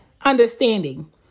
Understanding